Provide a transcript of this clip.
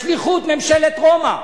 בשליחות ממשלת רומא,